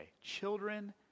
Children